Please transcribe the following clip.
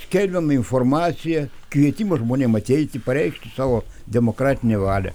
skelbiama informacija kvietimas žmonėm ateiti pareikšti savo demokratinę valią